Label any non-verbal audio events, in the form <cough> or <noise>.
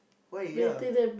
why ya <noise>